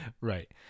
Right